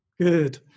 Good